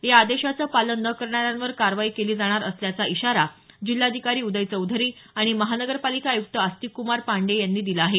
या आदेशाचं पालन न करणाऱ्यांवर कारवाई केली जाणार असल्याचा इशारा जिल्हाधिकारी उदय चौधरी आणि महानगरपालिका आयुक्त आस्तिकक्मार पाण्डेय यांनी दिला आहे